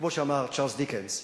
וכמו שאמר צ'רלס דיקנס,